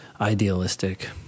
idealistic